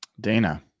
Dana